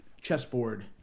chessboard